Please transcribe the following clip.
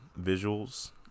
visuals